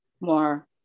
more